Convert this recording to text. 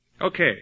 Okay